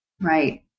Right